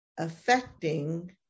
affecting